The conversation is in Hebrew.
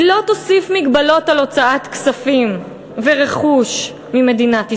היא לא תוסיף הגבלות על הוצאת כספים ורכוש ממדינת ישראל,